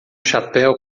chapéu